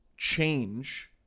change